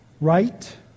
right